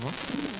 נגמר תוך שבועיים?